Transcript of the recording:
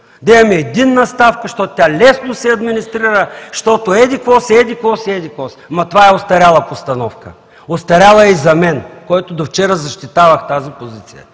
имаме единна ставка, защото тя лесно се администрира, защото еди-какво си, еди-какво си и еди-какво си. Но това е остаряла постановка – остаряла е и за мен, който до вчера защитавах тази позиция,